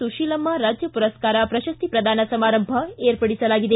ಸುತೀಲಮ್ಮ ರಾಜ್ಯ ಪುರಸ್ತಾರ ಪ್ರಶಸ್ತಿ ಪ್ರದಾನ ಸಮಾರಂಭ ಏರ್ಪಡಿಸಲಾಗಿದೆ